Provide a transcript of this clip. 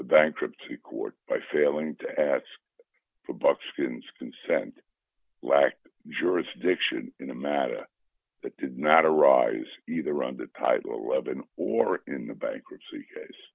bankruptcy court by failing to ask for buckskins consent lacked jurisdiction in a matter that did not arise either on the title eleven or in the bankruptcy